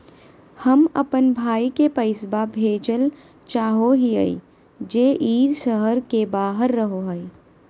हम अप्पन भाई के पैसवा भेजल चाहो हिअइ जे ई शहर के बाहर रहो है